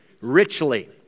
richly